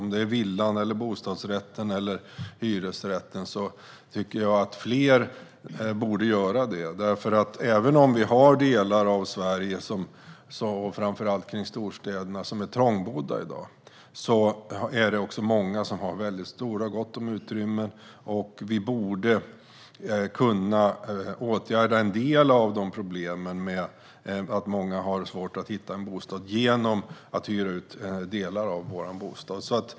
Oavsett om det gäller en villa, bostadsrätt eller hyresrätt tycker jag att fler borde göra det, för även om det finns trångboddhet framför allt kring storstäderna i dag är det också många som har gott om utrymme. Vi borde kunna åtgärda en del av problemen med att många har svårt att hitta en bostad genom att hyra ut en del av vår bostad.